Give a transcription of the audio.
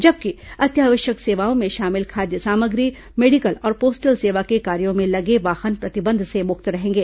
जबकि अत्यावश्यक सेवाओं में शामिल खाद्य सामग्री मेडिकल और पोस्टल सेवा के कार्य में लगे वाहन प्रतिबंध से मुक्त रहेंगे